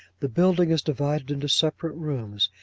the building is divided into separate rooms,